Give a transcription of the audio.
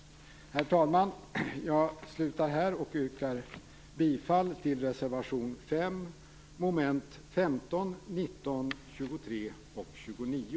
Herr talman! Jag slutar här och yrkar bifall till reservation 5 mom. 15, 19, 23 och 29.